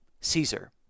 Caesar